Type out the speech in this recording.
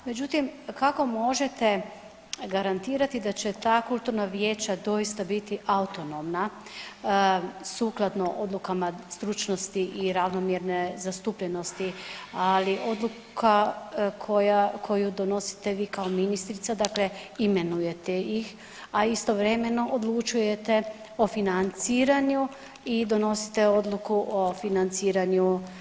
Međutim, kako možete garantirati da će ta kulturna vijeća doista biti autonomna sukladno odlukama stručnosti i ravnomjerne zastupljenosti, ali odluka koja, koju donosite vi kao ministrica dakle imenujete ih, a istovremeno odlučujete o financiranju i donosite odluku o financiranju.